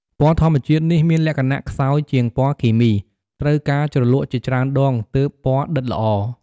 ពណ៌ធម្មជាតិនេះមានលក្ខណៈខ្សោយជាងពណ៌គីមី ត្រូវការជ្រលក់ជាច្រើនដងទើបពណ៌ដិតល្អ។